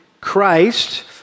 Christ